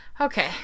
Okay